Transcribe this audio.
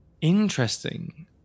Interesting